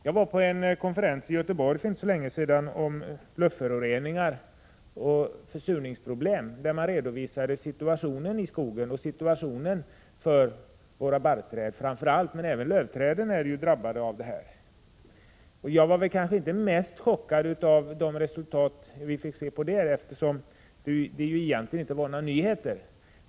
Jag var för inte så länge sedan på en konferens i Göteborg om luftföroreningar och försurningsproblem. Man redovisade där situationen i skogen, framför allt för våra barrträd men även för lövträden, som ju också är drabbade av miljöskador. Jag var kanske inte mest chockad av de resultat vi fick se i det sammanhanget, eftersom det ju egentligen inte var fråga om några nyheter.